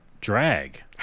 drag